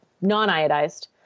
non-iodized